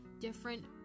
different